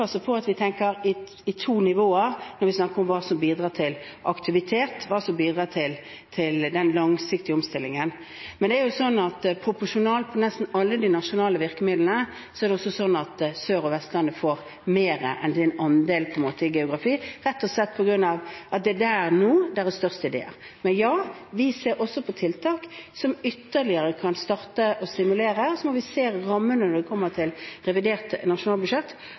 på at vi tenker i to nivåer når vi snakker om hva som bidrar til aktivitet, hva som bidrar til den langsiktige omstillingen. Men proporsjonalt på nesten alle de nasjonale virkemidlene er det også sånn at Sør- og Vestlandet får mer enn sin andel med hensyn til geografi, rett og slett på grunn av at det er der de nå har de største ideene. Men ja, vi ser også på tiltak som ytterligere kan starte å stimulere. Så må vi se på rammene når det kommer til revidert nasjonalbudsjett.